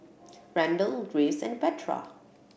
Randall Graves and Petra